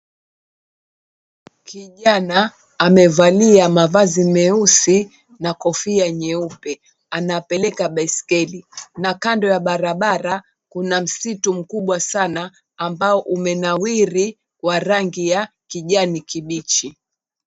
Kijana amevalia mavazi meusi na kofia nyeupe anapeleka baiskeli na kando ya barabara kuna msitu mkubwa sana ambao umenawiri wa rangi ya kijani kibichi.